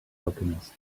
alchemist